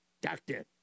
doctor